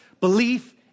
belief